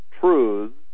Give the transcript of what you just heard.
truths